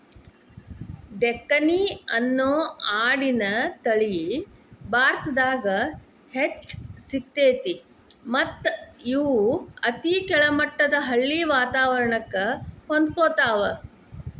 ಡೆಕ್ಕನಿ ಅನ್ನೋ ಆಡಿನ ತಳಿ ಭಾರತದಾಗ್ ಹೆಚ್ಚ್ ಸಿಗ್ತೇತಿ ಮತ್ತ್ ಇವು ಅತಿ ಕೆಳಮಟ್ಟದ ಹಳ್ಳಿ ವಾತವರಣಕ್ಕ ಹೊಂದ್ಕೊತಾವ